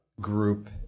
group